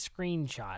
screenshot